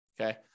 Okay